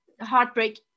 heartbreak